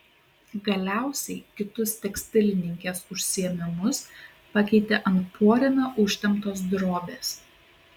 galiausiai kitus tekstilininkės užsiėmimus pakeitė ant porėmio užtemptos drobės